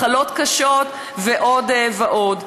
מחלות קשות ועוד ועוד.